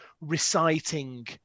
reciting